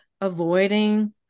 avoiding